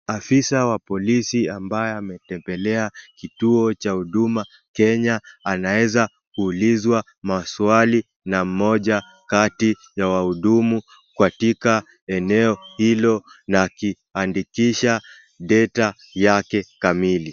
Afisa wa polisi ambaye ametembelea kituo cha Huduma Kenya anaeza ulizwa maswali na mmoja kati ya wahudumu katika eneo hilo na akiandikisha data yake kamili.